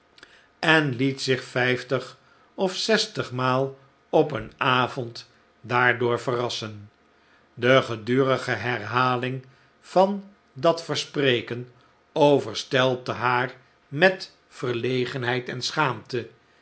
en liet zich vijftig of zestigmaal op een avond daardoor verrassen de gedurige herhaling van dat verspreken overstelpte haar met verlegenheid en schaamte